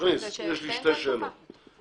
להכניס את הסעיף הזה.